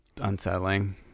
unsettling